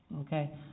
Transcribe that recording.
Okay